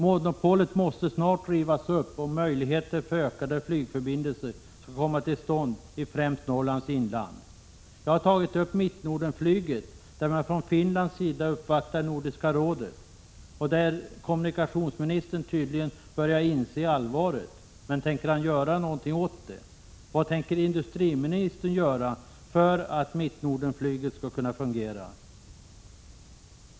Monopolet måste snarast rivas upp om utökade flygförbindelser skall kunna komma till stånd i främst Norrlands inland. Jag har tagit upp Mittnordenflyget, där man från finländsk sida uppvaktar nordiska rådet och där kommunikationsministern tydligen börjar inse allvaret. Men tänker han göra någonting åt det? Vad tänker industriministern göra för att Mittnordenflyget skall kunna fungera?